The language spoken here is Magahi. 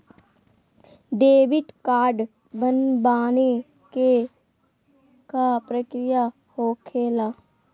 डेबिट कार्ड बनवाने के का प्रक्रिया होखेला?